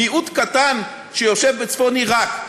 מיעוט קטן שיושב בצפון עיראק.